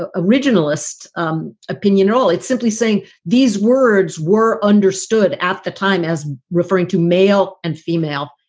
ah originalist um opinion at all, it's simply saying these words were understood at the time as referring to male and female.